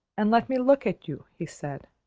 and let me look at you, he said.